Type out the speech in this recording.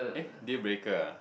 eh deal breaker ah